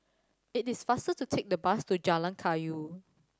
it is faster to take the bus to Jalan Kayu